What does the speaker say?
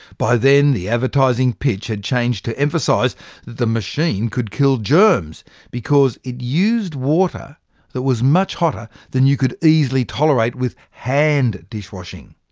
by then, the advertising pitch had changed to emphasise that the machine could kill germs, because it used water that was much hotter than you could easily tolerate with hand dishwashing.